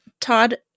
Todd